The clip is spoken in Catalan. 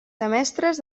semestres